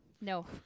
No